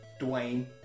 Dwayne